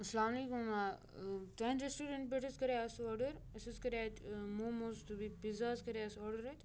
اَسلامُ علیکُم تُہںٛدِ رٮ۪سٹورَنٛٹ پٮ۪ٹھ حظ کَریٛاو اَسہِ آڈَر اَسہِ حظ کَرے اَتہِ موموز تہٕ بیٚیہِ پیٖزا حظ کَرے اَسہِ آڈَر اَتہِ